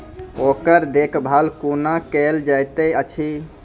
ओकर देखभाल कुना केल जायत अछि?